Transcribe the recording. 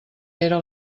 era